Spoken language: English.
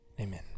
amen